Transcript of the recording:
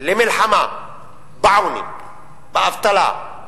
למלחמה בעוני, באבטלה,